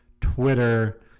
Twitter